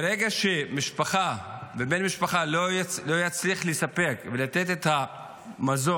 ברגע שמשפחה ובן משפחה לא יצליחו לספק ולתת את המזון